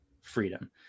freedom